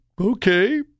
okay